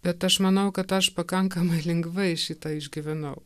bet aš manau kad aš pakankamai lengvai šitą išgyvenau